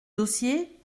dossier